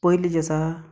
पयली जी आसा